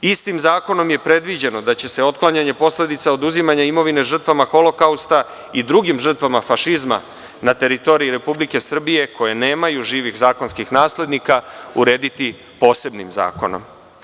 Istim zakonom je predviđeno da će se otklanjanje posledica oduzimanja imovine žrtvama Holokausta i drugim žrtvama fašizma na teritoriji Republike Srbije koje nemaju živih zakonskih naslednika urediti posebnim zakonom.